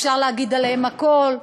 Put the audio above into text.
אפשר להגיד עליהם הכול,